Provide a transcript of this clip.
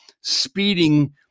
speeding